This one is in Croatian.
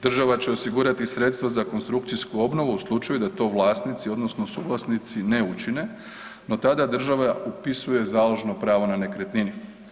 Država će osigurati sredstva za konstrukcijsku obnovu u slučaju da to vlasnici odnosno suvlasnici ne učine, no tada država upisuje založno pravo na nekretninu.